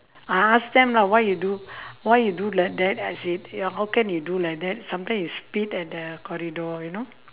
I ask them lah why you do why you do like that I say how can you do like that sometimes you spit at their corridor you know